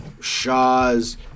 Shaw's